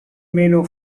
meno